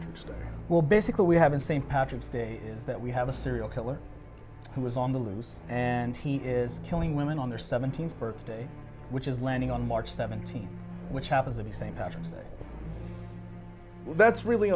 interesting well basically we have in st patrick's day is that we have a serial killer who was on the loose and he is killing women on their seventeenth birthday which is landing on march seventeenth which happens in the same patrick's day well that's really